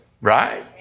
right